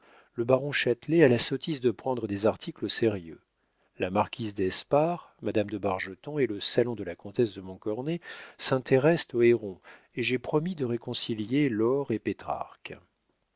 le baron châtelet a la sottise de prendre des articles au sérieux la marquise d'espard madame de bargeton et le salon de la comtesse de montcornet s'intéressent au héron et j'ai promis de réconcilier laure et pétrarque